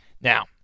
Now